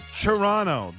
toronto